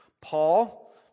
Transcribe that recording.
Paul